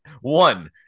One